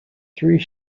three